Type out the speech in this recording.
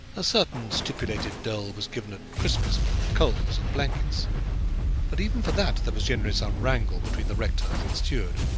a certain stipulated dole was given at christmas for coals and blankets but even for that there was generally some wrangle between the rector and the steward.